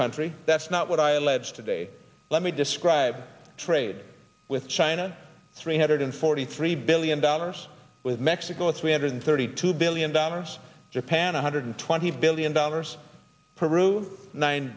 country that's not what i allege today let me describe trade with china three hundred forty three billion dollars with mexico three hundred thirty two billion dollars japan one hundred twenty billion dollars peru nine